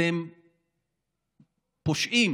אתם פושעים